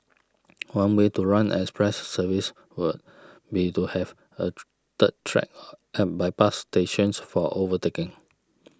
one way to run an express service would be to have a third track at bypass stations for overtaking